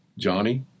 Johnny